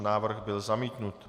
Návrh byl zamítnut.